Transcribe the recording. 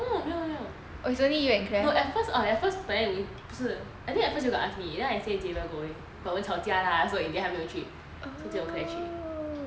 no 没有没有 no at first err at first 本来我 I think at first he got ask me then I say xavier going but 我们吵架 lah so in the end 他没有去 so 只有 claire 去